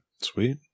Sweet